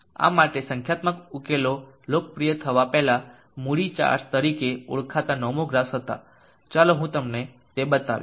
આ માટે સંખ્યાત્મક ઉકેલો લોકપ્રિય થવા પહેલાં મૂડી ચાર્ટ્સ તરીકે ઓળખાતા નોમોગ્રાફ્સ હતા ચાલો હું તમને તે બતાવીશ